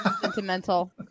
Sentimental